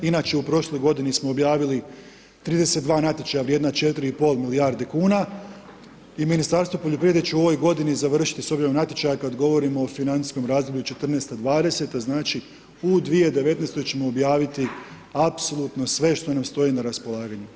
Inače u prošloj g. smo objavili 32 natječaja vrijedna 4,5 milijarde kuna i Ministarstvo poljoprivrede će u ovoj godini završiti s obzirom na natječaj kada govorimo o financijskom razdoblju '14., '20. znači u 2019. ćemo objaviti apsolutno sve što nam stoji na raspolaganju.